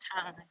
time